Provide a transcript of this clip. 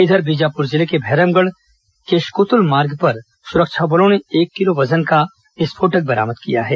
इधर बीजापुर जिले के भैरमगढ़ केशकुतुल मार्ग पर सुरक्षा बलों ने एक किलो वजन का विस्फोटक बरामद किया है